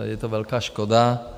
Je to velká škoda.